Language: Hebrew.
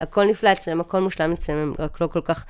הכל נפלא אצלם, הכל מושלם אצלם, הם רק לא כל כך...